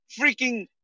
freaking